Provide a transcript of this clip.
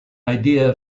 idea